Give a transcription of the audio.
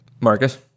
Marcus